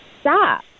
stop